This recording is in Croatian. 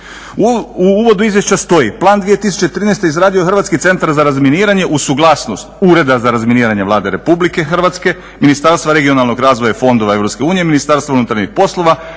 U uvodu izvješća stoji plan 2013. izradio je HCR uz suglasnom Ureda za razminiranje Vlade Republike Hrvatske, Ministarstva regionalnog razvoja i fondova Europske unije, Ministarstva unutarnjih poslova,